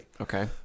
Okay